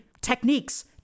techniques